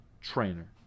trainer